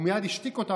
והוא מייד השתיק אותו,